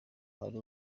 ari